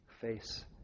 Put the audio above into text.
face